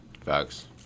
Facts